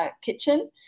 kitchen